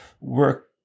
work